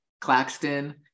Claxton